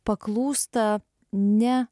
paklūsta ne